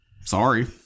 Sorry